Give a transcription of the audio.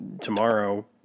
tomorrow